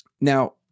Now